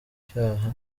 icyaha